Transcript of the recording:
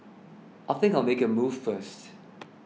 I think I make a move first